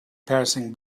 passing